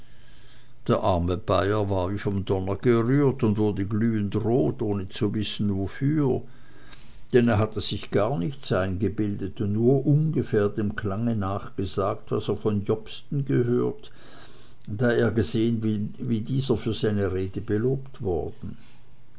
der arme bayer war wie vom donner gerührt und wurde glühend rot ohne zu wissen wofür denn er hatte sich gar nichts eingebildet und nur ungefähr dem klange noch gesagt was er von jobsten gehört da er gesehen wie dieser für seine rede belobt worden